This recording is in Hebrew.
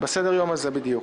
סדר-היום הזה בדיוק.